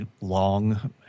long